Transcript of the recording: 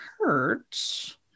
hurt